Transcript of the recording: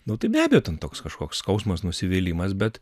nuo tai be abejo toks kažkoks skausmas nusivylimas bet